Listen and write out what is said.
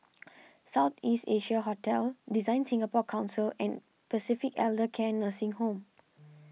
South East Asia Hotel Design Singapore Council and Pacific Elder Care Nursing Home